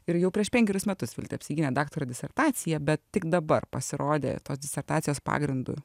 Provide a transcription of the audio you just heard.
ir jau prieš penkerius metus apsigynė daktaro disertaciją bet tik dabar pasirodė tos disertacijos pagrindu